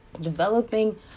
developing